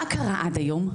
מה קרה עד היום?